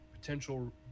potential